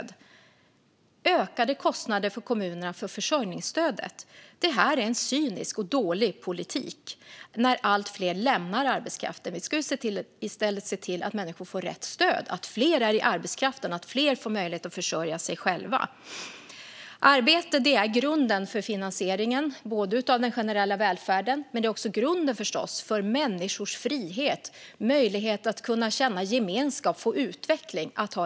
Det blev ökade kostnader för kommunerna för försörjningsstödet. Det är en cynisk och dålig politik när allt fler lämnar arbetskraften. Vi ska i stället se till att människor får rätt stöd, att fler är i arbetskraften och att fler får möjlighet att försörja sig själva. Arbete är grunden för finansieringen av den generella välfärden. Men att ha ett eget jobb är förstås också grunden för människors frihet och deras möjlighet att känna gemenskap och utvecklas.